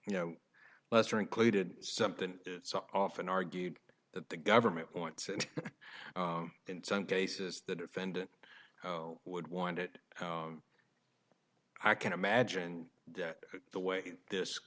you know lesser included something often argued that the government wants it in some cases the defendant would want it i can imagine the way this